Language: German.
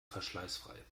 verschleißfrei